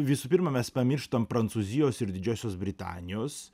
visų pirma mes pamirštam prancūzijos ir didžiosios britanijos